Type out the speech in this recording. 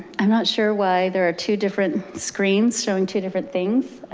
i'm not sure why there are two different screens showing two different things.